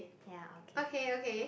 ya okay